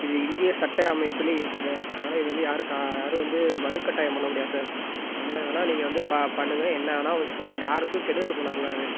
இது இந்திய சட்ட அமைப்பிலே இருக்குது சார் அதனால் இது வந்து யார் கா யாரும் வந்து வலுக்கட்டாயம் பண்ண முடியாது சார் என்ன வேணா நீங்கள் வந்து பா பண்ணுங்கள் என்ன வேணா இது பண்ணுங்கள் யாருக்கும் கெடுதல் பண்ணக்கூடாது